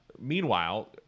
Meanwhile